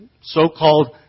so-called